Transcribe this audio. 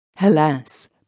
Alas